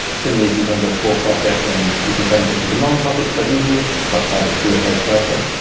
similarly, if you go into a for-profit, then you can transition to nonprofits quite easily. much harder to do it vice versa.